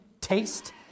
taste